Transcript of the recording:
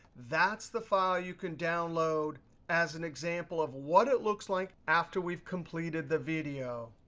that's the file you can download as an example of what it looks like after we've completed the video.